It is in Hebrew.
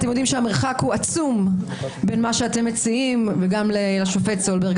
אתם יודעים שהמרחק עצום בין מה שאתם מציעים לשופט סולברג.